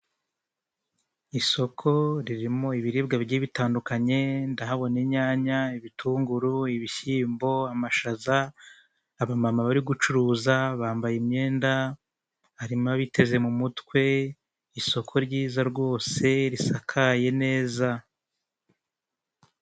Isoko ririmo ibiribwa bitandukanye ndahabona inyanya, ibitunguru, ibishyimbo, amashaza, abamama bari gucuruza bambaye imyenda harimo abiteze mu mutwe, isoko ryiza rwose risakaye neza.